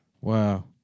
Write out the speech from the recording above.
wow